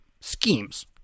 schemes